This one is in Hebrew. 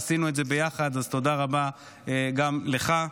עשינו את זה ביחד, אז תודה רבה גם לך,